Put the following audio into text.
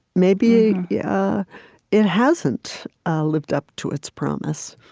maybe yeah it hasn't lived up to its promise,